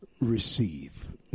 receive